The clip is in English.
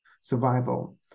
survival